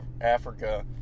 Africa